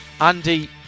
Andy